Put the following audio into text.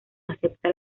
acepta